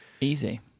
Easy